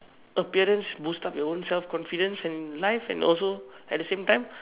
appearance boost up your own self confidence and life and also at the same time